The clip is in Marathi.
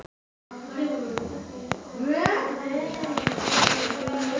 मुदत कर्जा साधारणपणे येक ते धा वर्षांपर्यंत असत, परंतु ती तीस वर्षांपर्यंत टिकू शकतत